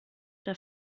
der